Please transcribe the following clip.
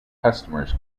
customers